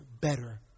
better